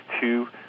two